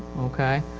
okay.